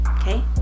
okay